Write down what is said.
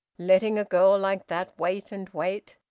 letting a girl like that wait and wait!